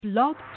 blog